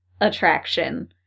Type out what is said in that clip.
attraction